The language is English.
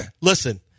listen